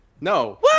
No